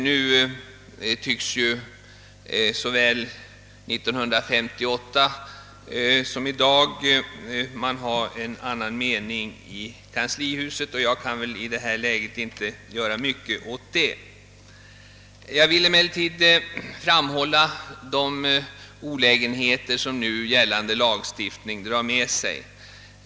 Nu tycks ju uppfattningen härvidlag i kanslihuset vara en annan, i dag liksom 1958, och jag kan väl i detta läge inte göra så mycket åt saken. Jag vill emellertid framhålla de olägenheter som nu gällande lagstiftning drar med sig.